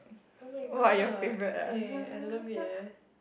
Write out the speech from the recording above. oh-my-god eh I love it eh